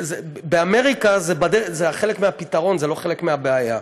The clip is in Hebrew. באמריקה זה חלק מהפתרון, זה לא חלק מהבעיה.